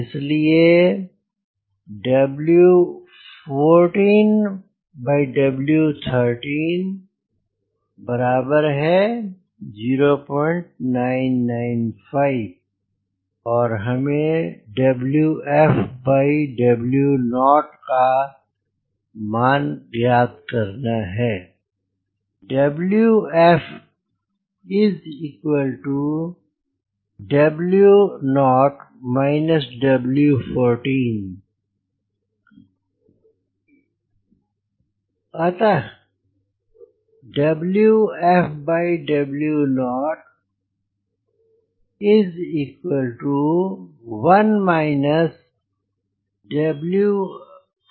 इसलिए 0995 और हमें का मान ज्ञात करना है